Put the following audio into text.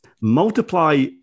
Multiply